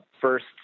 first